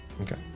okay